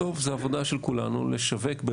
בסוף זה עבודה של כולנו "לשווק"